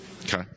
Okay